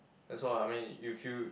that's all I mean you feel